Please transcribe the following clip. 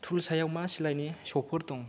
tool सायाव मा सिलाइनि श'फोर दं